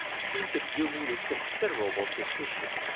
seemed to view me with considerable suspicion,